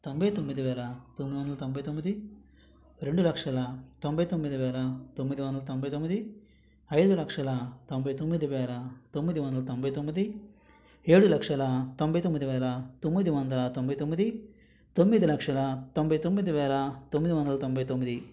తొంభై తొమ్మిది వేల తొమ్మిది వందల తొంభై తొమ్మిది రెండు లక్షల తొంభై తొమ్మిది వేల తొమ్మిది వందల తొంభై తొమ్మిది ఐదు లక్షల తొమ్మిది వేల తొమ్మిది వందల తొంభై తొమ్మిది ఏడు లక్షల తొంభై తొమ్మిది వేల తొమ్మిది వందల తొంభై తొమ్మిది తొమ్మిది లక్షల తొంభై తొమ్మిది వేల తొమ్మిది వందల తొంభై తొమ్మిది